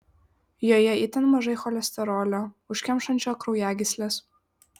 joje itin mažai cholesterolio užkemšančio kraujagysles